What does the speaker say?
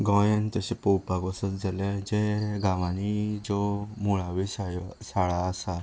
गोंयांत तशें पळोवपाक वचत जाल्यार जे गावांनी ज्यो मुळाव्यो शाळो शाळा आसात